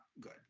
good